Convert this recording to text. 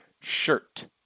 shirt